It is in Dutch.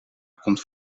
komt